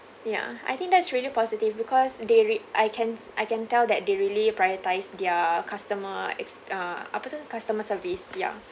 ya I think that's really positive because they re~ I can I can tell that they really prioritise their customer ex~ uh abundant customer service ya